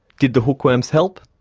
did the hookworms help?